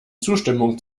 zustimmung